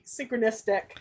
synchronistic